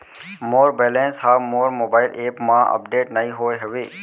मोर balance हा मोर mobile app मा अपडेट नहीं होय हवे